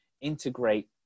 integrate